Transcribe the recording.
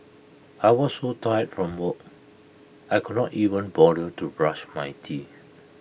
I was so tired from work I could not even bother to brush my teeth